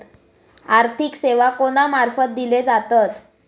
आर्थिक सेवा कोणा मार्फत दिले जातत?